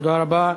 תודה רבה.